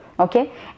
Okay